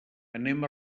anem